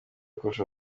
kurusha